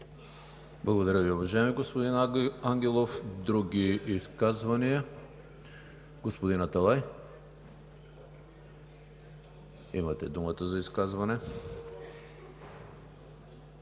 Благодаря Ви, уважаеми господин Ангелов. Други изказвания? Господин Аталай, имате думата за изказване.